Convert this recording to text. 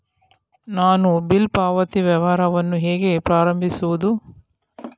ನಾನು ಬಿಲ್ ಪಾವತಿ ವ್ಯವಹಾರವನ್ನು ಹೇಗೆ ಪ್ರಾರಂಭಿಸುವುದು?